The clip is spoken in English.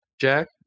Jack